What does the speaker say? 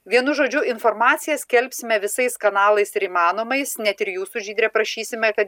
vienu žodžiu informaciją skelbsime visais kanalais ir įmanomais net ir jūsų žydrė prašysime kad